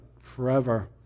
forever